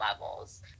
levels